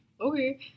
okay